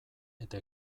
eta